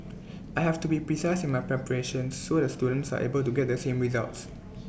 I have to be precise in my preparations so the students are able to get the same results